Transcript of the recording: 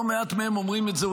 לא מעט מהם אומרים את זה,